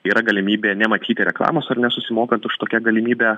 yra galimybė nematyti reklamos ar ne susimokant už tokią galimybę